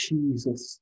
Jesus